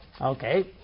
Okay